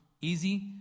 Easy